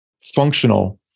functional